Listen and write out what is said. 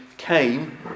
came